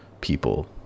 people